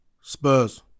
Spurs